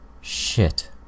Shit